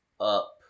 up